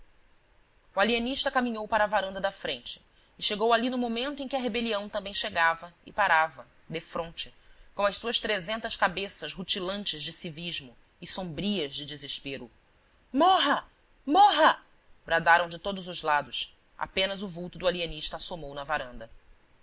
o alienista caminhou para a varanda da frente e chegou ali no momento em que a rebelião também chegava e parava defronte com as suas trezentas cabeças rutilantes de civismo e sombrias de desespero morra morra bradaram de todos os lados apenas o vulto do alienista assomou na varanda